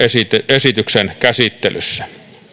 esityksen käsittelyssä